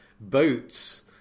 boats